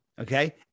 Okay